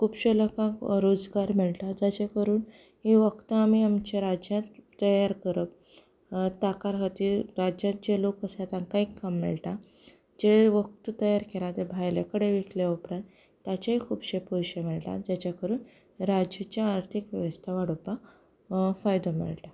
खुबशा लोकांक रोजगार मेळटा जाचे करून ही वखदां आमी आमच्या राज्यांत तयार करप ताका खातीर राज्यांचें लोक कशे तांकांय काम मेळटा जें वखदां तयार केल्या ती भायले कडेन विकले उपरान ताचेय खुबशे पयशे मेळयटात जेचे करून राजचे आर्थीक वेवस्था वाडोपाक फायदो मेळटा